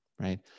right